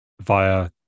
via